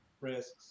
risks